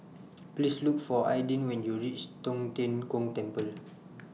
Please Look For Aydin when YOU REACH Tong Tien Kung Temple